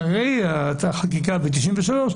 אחרי החקיקה ב-1993,